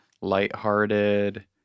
lighthearted